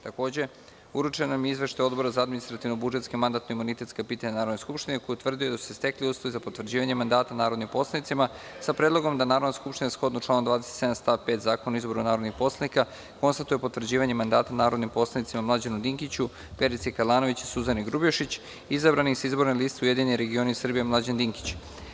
Takođe, uručen vam je Izveštaj Odbora za administrativno-budžetska i mandatno-imunitetska pitanja Narodne skupštine, koji je utvrdio da su se stekli uslovi za potvrđivanje mandata narodnim poslanicima, sa predlogom da Narodna skupština, shodno članu 27. stav 5. Zakona o izboru narodnih poslanika, konstatuje potvrđivanje mandata narodnim poslanicima Mlađanu Dinkiću, Verici Kalanović i Suzani Grubješić, izabranim sa izborne liste URS – Mlađan Dinkić.